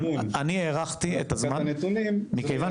אני הערכתי את הזמן ------ את הנתונים --- מכיוון